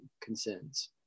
concerns